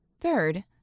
Third